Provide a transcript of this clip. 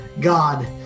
God